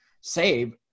save